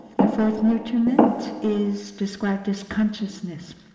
the fourth nutriment is described as consciousness.